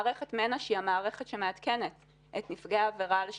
מערכת מנע שהיא המערכת שמעדכנת את נפגעי העבירה על שחרורים,